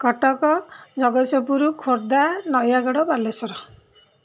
Cuttack Jagatsinghpur Khordha Nayagarh Balasore